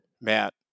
Matt